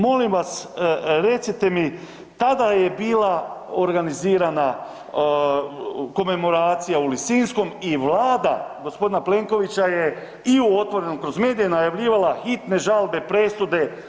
Molim vas recite mi tada je bila organizirana komemoracija u Lisinskom i Vlada gospodina Plenkovića je i u Otvorenom, kroz medije najavljivala hitne žalbe, presude.